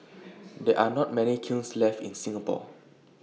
there are not many kilns left in Singapore